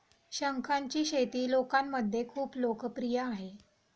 शंखांची शेती लोकांमध्ये खूप लोकप्रिय आहे